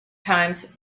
times